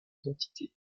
identité